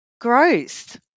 gross